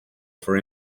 for